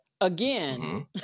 Again